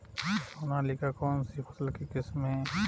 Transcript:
सोनालिका कौनसी फसल की किस्म है?